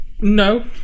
no